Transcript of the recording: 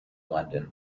london